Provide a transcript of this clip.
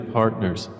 partners